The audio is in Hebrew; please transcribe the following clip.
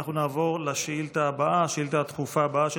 אנחנו נעבור לשאילתה הדחופה הבאה,